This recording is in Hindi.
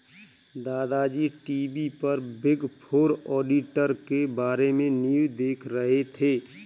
दादा जी टी.वी पर बिग फोर ऑडिटर के बारे में न्यूज़ देख रहे थे